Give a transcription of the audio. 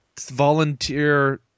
volunteer